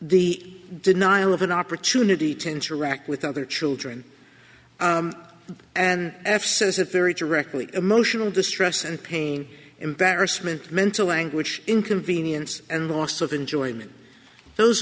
the denial of an opportunity to interact with other children and f says it very directly emotional distress and pain embarrassment mental anguish inconvenience and loss of enjoyment those